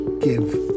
give